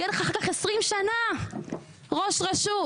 יהיה לך אחר כך 20 שנה ראש רשות.